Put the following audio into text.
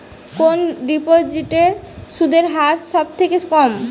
কোন ডিপোজিটে সুদের হার সবথেকে কম?